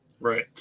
Right